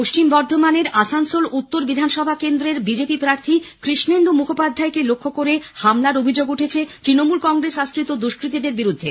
পশ্চিম বর্ধমানে আসানসোল উত্তর বিধানসভা কেন্দ্রের বিজেপি প্রার্থী ক্ষেন্দু মুখোপাধ্যায়কে লক্ষ্য করে হামলার অভিযোগ উঠেছে ত্রণমূল কংগ্রেস আশ্রিত দুষ্কতীদের বিরুদ্ধে